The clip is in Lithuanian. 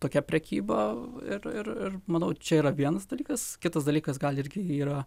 tokia prekyba ir ir ir manau čia yra vienas dalykas kitas dalykas gal irgi yra